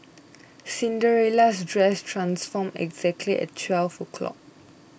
Cinderella's dress transformed exactly at twelve o'clock